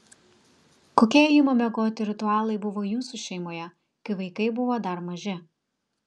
kokie ėjimo miegoti ritualai buvo jūsų šeimoje kai vaikai buvo dar maži